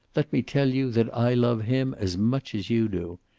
let me tell you that i love him as much as you do.